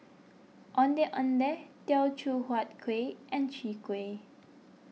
Ondeh Ondeh Teochew Huat Kuih and Chwee Kueh